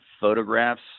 photographs